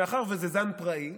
מאחר שזה זן פראי,